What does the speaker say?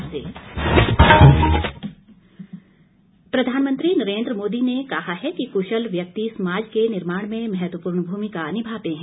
प्रधानमंत्री प्रधानमंत्री नरेन्द्र मोदी ने कहा है कि कुशल व्यक्ति समाज के निर्माण में महत्वपूर्ण भूमिका निभाते हैं